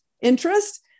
interest